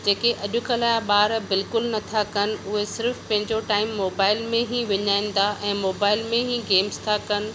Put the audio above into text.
जेके अॼुकल्ह जा ॿार बिल्कुलु नथा कनि उहो सिर्फ़ु पंहिंजो टाइम मोबाइल में ई विञायनि था ऐं मोबाइल में ई गेम्स था कनि